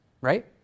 right